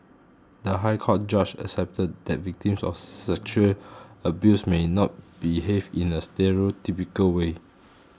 the High Court judge accepted that victims of sexual abuse may not behave in a stereotypical way